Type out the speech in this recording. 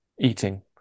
eating